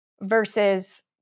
versus